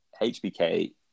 HBK